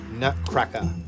nutcracker